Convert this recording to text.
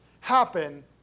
happen